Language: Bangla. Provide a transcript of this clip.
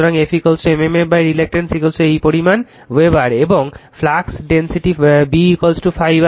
সুতরাং ∅ m m f রিল্যাক্টেন্স এই পরিমাণ ওয়েবার এবং ফ্লাক্স ডেনসিটি B ∅ A